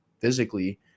physically